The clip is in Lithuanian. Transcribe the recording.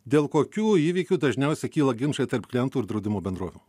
dėl kokių įvykių dažniausia kyla ginčai tarp klientų ir draudimo bendrovių